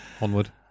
onward